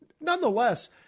nonetheless